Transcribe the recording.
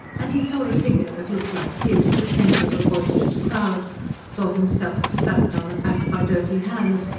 and he saw a figure that looked like his the centre of a boisterous crowd saw himself slapped on the back by dirty hands,